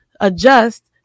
adjust